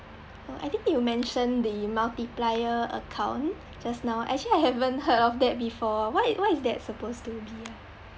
oh I think you mentioned the multiplier account just now actually I haven't heard of that before what is what is that supposed to be ah